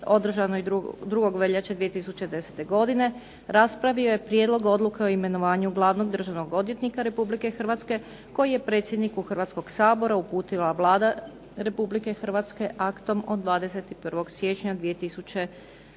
održanoj 2. veljače 2010. godine raspravio je prijedlog odluke o imenovanju glavnog državnog odvjetnika RH koji je predsjedniku Hrvatskog sabora uputila Vlada Republike Hrvatske aktom od 21. siječnja 2010.